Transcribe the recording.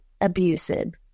abusive